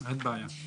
אין בעיה.